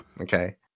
Okay